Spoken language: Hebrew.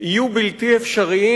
יהיו בלתי אפשריים,